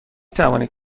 توانید